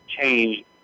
change